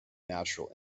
natural